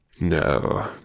No